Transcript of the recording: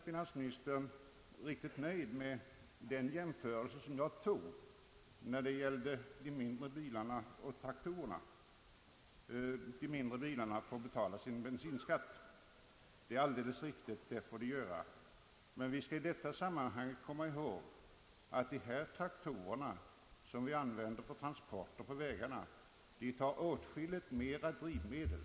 Finansministern var inte riktigt nöjd med den jämförelse jag gjorde mellan de mindre bilarna och traktorerna, eftersom de mindre bilarna får betala sin bensinskatt. Det är alldeles riktigt att de får göra det. Men vi skall i detta sammanhang komma ihåg, att traktorer som används för transporter på vägarna använder åtskilligt mera drivmedel.